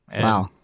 Wow